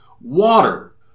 Water